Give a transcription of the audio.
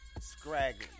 scraggly